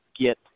get